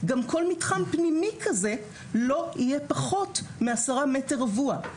גם כל מתחם פנימי כזה לא יהיה פחות מ-10 מטרים רבועים.